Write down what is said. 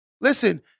Listen